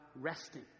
resting